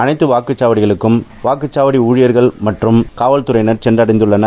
அனைத்து வாக்குச்சாவடிகளுக்கும் வாக்குச்சாவடி ஊழியர்கள் மற்றம் காவல்தறையினர் சென்றடைந்தள்ளனர்